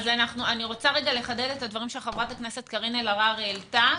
אני רוצה לחדד את מה שחברת הכנסת קארין אלהרר העלתה.